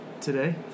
today